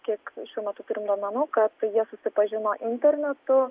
kiek šiuo metu turim duomenų kad jie susipažino internetu